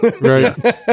Right